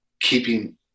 keeping